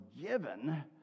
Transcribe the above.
given